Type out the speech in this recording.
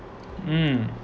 mm